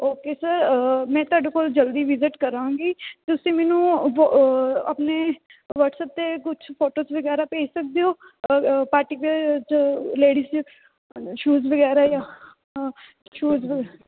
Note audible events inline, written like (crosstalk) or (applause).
okay sir ਮੈਂ ਤੁਹਾਡੇ ਕੋਲ ਜਲਦੀ ਵਿਜਿਟ ਕਰਾਂਗੀ ਤੁਸੀਂ ਮੈਨੂੰ (unintelligible) ਆਪਣੇ ਵਟਸਐਪ 'ਤੇ ਕੁਛ ਫੋਟੋਜ਼ ਵਗੈਰਾ ਭੇਜ ਸਕਦੇ ਹੋ ਪਾਰਟੀ ਵੀਅਰ (unintelligible) ਲੇਡੀਜ ਸ਼ੂਜ ਵਗੈਰਾ ਯਾਂ ਸ਼ੂਜ਼ ਵ